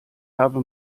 habe